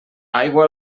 aigua